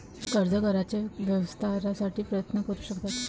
कर्ज कराराच्या विस्तारासाठी प्रयत्न करू शकतात